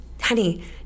Honey